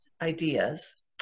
ideas